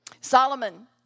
Solomon